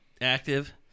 active